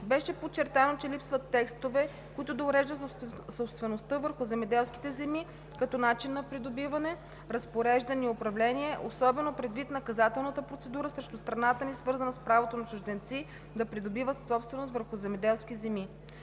Беше подчертано, че липсват текстове, които да уреждат собствеността върху земеделските земи като начин на придобиване, разпореждане и управление и особено предвид наказателната процедура срещу страната ни, свързана с правото на чужденците да придобиват собственост върху земеделски земи.